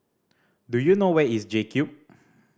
do you know where is JCube